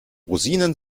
rosinen